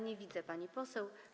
Nie widzę pani poseł.